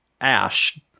Ash